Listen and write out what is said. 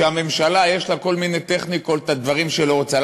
שהממשלה יש לה כל מיני טכניקות לדברים שהיא לא רוצה.